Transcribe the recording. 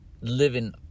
living